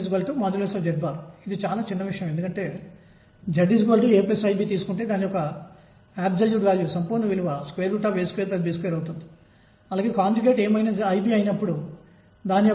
నేను వృత్తాకార చలనాన్ని పరిగణనలోకి తీసుకుంటున్నప్పటికీ v ఒక స్థిరాంకం m ఒక స్థిరాంకం అది నాకు 2r ను ఇస్తుంది